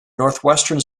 northwestern